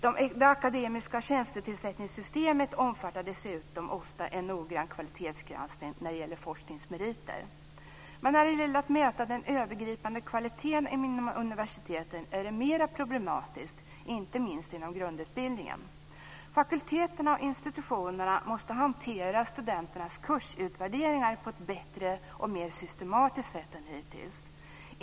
Det akademiska tjänstetillsättningssystemet omfattar dessutom ofta en noggrann kvalitetsgranskning när det gäller forskningsmeriter. Men när det gäller att mäta den övergripande kvaliteten inom universiteten är det mera problematiskt, inte minst inom grundutbildningen. Fakulteterna och institutionerna måste hantera studenternas kursutvärderingar på ett bättre och mer systematiskt sätt än hittills.